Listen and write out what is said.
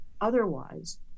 otherwise